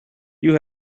you